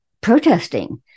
protesting